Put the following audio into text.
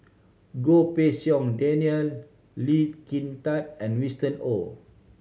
Goh Pei Siong Daniel Lee Kin Tat and Winston Oh